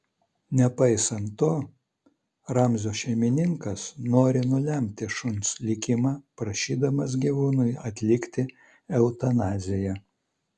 nepaisant to ramzio šeimininkas nori nulemti šuns likimą prašydamas gyvūnui atlikti eutanaziją